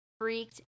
freaked